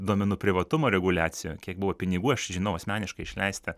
duomenų privatumo reguliacijų kiek buvo pinigų aš žinau asmeniškai išleista